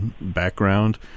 background